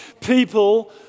people